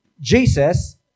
Jesus